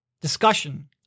discussion